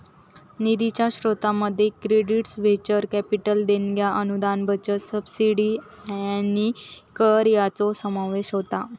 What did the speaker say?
निधीच्या स्रोतांमध्ये credits, venture capital देणग्या, अनुदान, बचत, सबसिडी आणि कर हयांचो समावेश होता